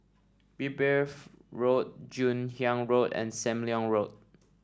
Road Joon Hiang Road and Sam Leong Road